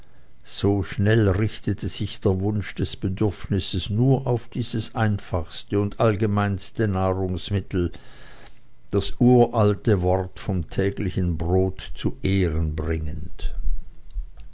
so schnell richtete sich der wunsch des bedürfnisses nur auf dieses einfachste und allgemeinste nahrungsmittel das uralte wort vom täglichen brote zu ehren bringend